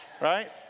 Right